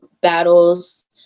battles